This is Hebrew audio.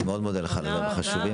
אני מאוד מודה לך על הדברים החשובים.